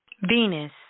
Venus